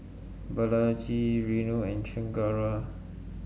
Balaji Renu and Chengara